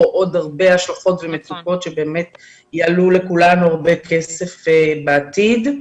עוד הרבה השלכות ומצוקות שבאמת יעלו לכולנו הרבה כסף בעתיד.